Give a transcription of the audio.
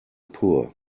poor